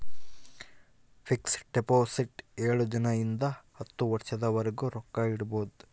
fix deposit ಏಳು ದಿನ ಇಂದ ಹತ್ತು ವರ್ಷದ ವರ್ಗು ರೊಕ್ಕ ಇಡ್ಬೊದು